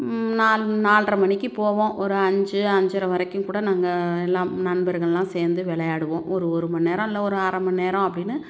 நால் நால்ரை மணிக்கு போவோம் ஒரு அஞ்சு அஞ்சரை வரைக்கும் கூட நாங்கள் எல்லாம் நண்பர்களெலாம் சேர்ந்து விளையாடுவோம் ஒரு ஒரு மணி நேரம் இல்லை ஒரு அரை மணி நேரம் அப்படின்னு